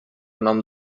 nom